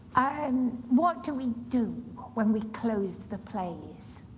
um what do we do when we close the plays